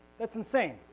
that's insane,